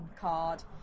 card